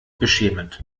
beschämend